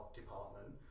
department